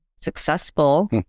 successful